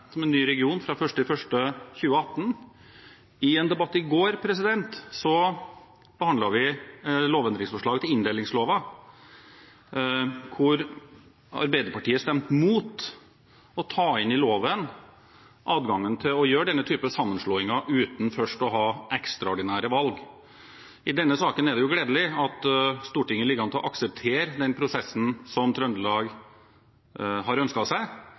som en ny region fra 1. januar 2018. I en debatt i går behandlet vi lovendringsforslag til inndelingsloven, der Arbeiderpartiet stemte imot å ta inn i loven adgangen til å gjøre denne typen sammenslåinger uten først å ha ekstraordinære valg. I denne saken er det gledelig at Stortinget ligger an til å akseptere den prosessen som Trøndelag har ønsket seg,